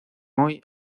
hoy